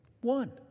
One